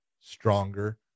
stronger